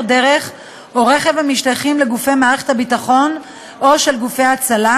דרך או רכב המשתייכים לגופי מערכת הביטחון או של גופי הצלה,